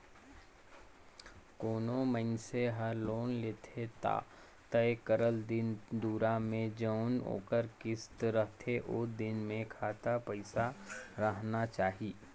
कोनो मइनसे हर लोन लेथे ता तय करल दिन दुरा में जउन ओकर किस्त रहथे ओ दिन में खाता पइसा राहना चाही